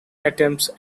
attempts